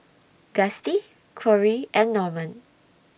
Gustie Corie and Norman